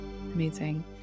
amazing